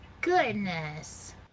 goodness